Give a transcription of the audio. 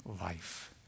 life